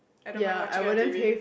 I don't mind watching on t_v